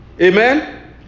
Amen